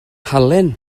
halen